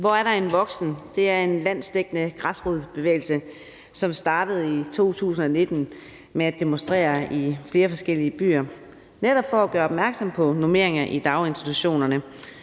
Hvor er der en voksen? er en landsdækkende græsrodsbevægelse, som startede i 2019 med at demonstrere i flere forskellige byer netop for at gøre opmærksom på normeringer i daginstitutionerne,